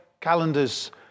calendars